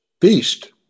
feast